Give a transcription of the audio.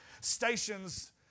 stations